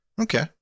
Okay